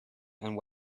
and